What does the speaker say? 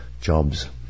jobs